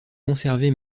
conservée